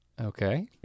Okay